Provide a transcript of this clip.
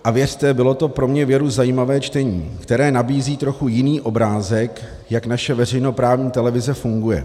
A věřte, bylo to pro mě věru zajímavé čtení, které nabízí trochu jiný obrázek, jak naše veřejnoprávní televize funguje.